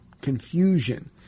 confusion